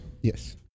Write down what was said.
Yes